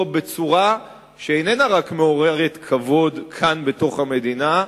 בצורה שאיננה רק מעוררת כבוד כאן בתוך המדינה,